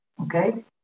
okay